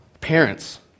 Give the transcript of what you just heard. parents